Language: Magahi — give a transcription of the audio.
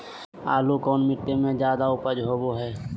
आलू कौन मिट्टी में जादा ऊपज होबो हाय?